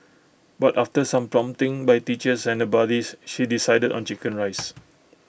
but after some prompting by teachers and buddies she decided on Chicken Rice